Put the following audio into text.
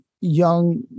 young